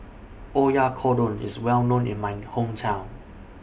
Oyakodon IS Well known in My Hometown